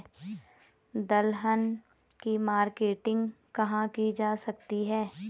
दलहन की मार्केटिंग कहाँ की जा सकती है?